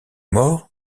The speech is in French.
mort